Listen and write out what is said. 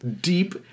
deep